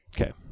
Okay